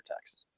text